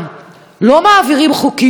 לא מעבירים חוקים כי אפשר,